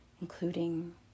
including